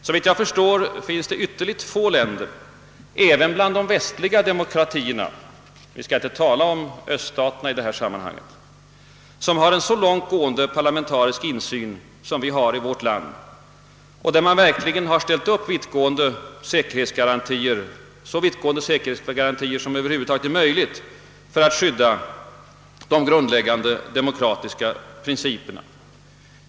Såvitt jag förstår finns det ytterligt få länder även bland de västliga demokratierna — vi skall inte tala om öststaterna i det här sammanhanget — som har en så långtgående parlamentarisk insyn som vi har i vårt land och där man verkligen har ställt upp så vittgående säkerhetsgarantier som det över huvud taget är möjligt för att skydda de grundläggande demokratiska principerna.